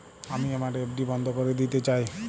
আমি আমার এফ.ডি বন্ধ করে দিতে চাই